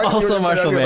also marshall